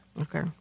Okay